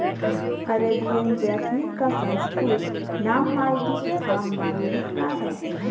Arabian jasmine का संस्कृत नाम मालती तथा मल्लिका है